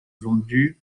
vendue